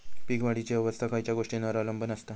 पीक वाढीची अवस्था खयच्या गोष्टींवर अवलंबून असता?